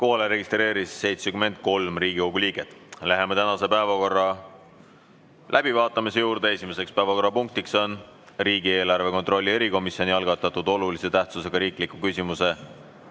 registreeris 73 Riigikogu liiget. Läheme tänase päevakorra läbivaatamise juurde. Esimene päevakorrapunkt on riigieelarve kontrolli erikomisjoni algatatud olulise tähtsusega riikliku küsimuse